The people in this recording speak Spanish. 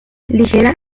ligera